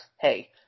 Hey